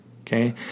okay